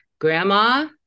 Grandma